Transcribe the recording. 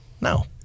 No